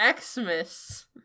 Xmas